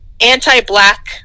anti-black